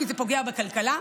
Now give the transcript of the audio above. כי זה פוגע בכלכלה,